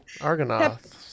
Argonauts